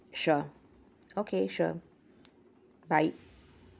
sure okay sure bye